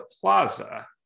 Plaza